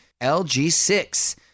LG6